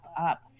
up